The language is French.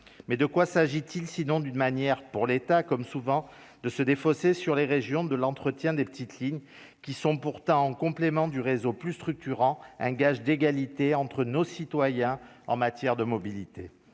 mais de quoi s'agit-il, sinon d'une manière pour l'État, comme souvent de se défausser sur les régions de l'entretien des petites lignes qui sont pourtant en complément du réseau plus structurants un gage d'égalité entre nos citoyens en matière de mobilité